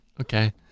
Okay